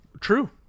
True